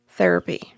therapy